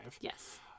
Yes